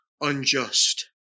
unjust